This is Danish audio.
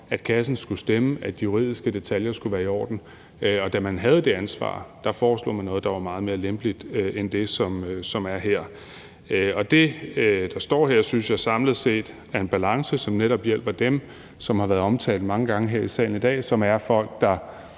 at kassen skulle stemme, og at de juridiske detaljer skulle være i orden. Og da man havde det ansvar, foreslog man noget, der var meget mere lempeligt end det, som er her. Det, der ligger her, synes jeg samlet set er en balance, som netop hjælper dem, som har været omtalt mange gange her i salen i dag, og som f.eks. er